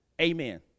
Amen